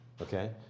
Okay